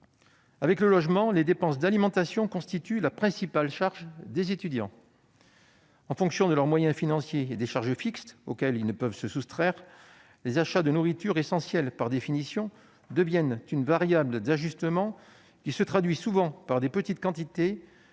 Avec le logement, les dépenses d'alimentation constituent la principale charge des étudiants. En fonction de leurs moyens financiers et des charges fixes auxquelles ils ne peuvent se soustraire, les achats de nourriture, essentiels par définition, deviennent une variable d'ajustement : cela les conduit souvent à s'alimenter